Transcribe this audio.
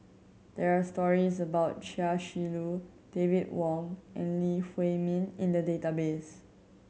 there are stories about Chia Shi Lu David Wong and Lee Huei Min in the database